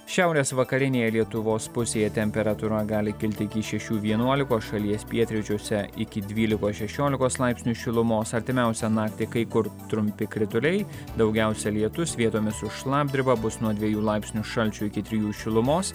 šiaurės vakarinėje lietuvos pusėje temperatūra gali kilti iki šešių vienuolikos šalies pietryčiuose iki dvylikos šešiolikos laipsnių šilumos artimiausią naktį kai kur trumpi krituliai daugiausia lietus vietomis su šlapdriba bus nuo dviejų laipsnių šalčio iki trijų šilumos